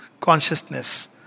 consciousness